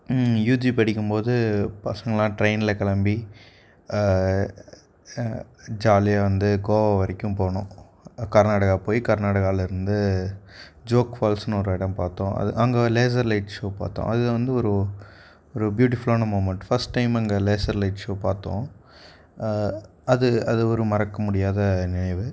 UG படிக்கும்போது பசங்கள்லாம் டிரெயினில் கிளம்பி ஜாலியாக வந்து கோவா வரைக்கும் போனோம் கர்நாடகா போய் கர்நாடகாலேருந்து ஜோக் ஃபால்ஸ்னு ஒரு இடம் பார்த்தோம் அது அங்கே லேசர் லைட்ஸ் ஷோ பார்த்தோம் அது வந்து ஒரு ஒரு பியூட்டிஃபுல்லான மூமென்ட் ஃபஸ்ட் டைம் அந்த லேசர் லைட் ஷோ பார்த்தோம் அது அது ஒரு மறக்க முடியாத நினைவு